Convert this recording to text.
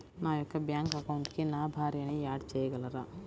నా యొక్క బ్యాంక్ అకౌంట్కి నా భార్యని యాడ్ చేయగలరా?